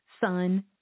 sun